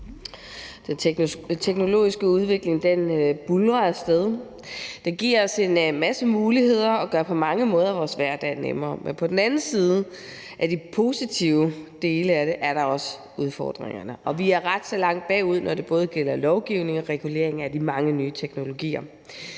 Den teknologiske udvikling buldrer af sted, og den giver os en masse muligheder og gør på mange måder vores hverdag nemmere. Men på den anden side af de positive dele af det er der også udfordringerne, og vi er ret så langt bagud, når det både gælder lovgivningen og reguleringen af de mange nye teknologier.